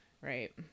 Right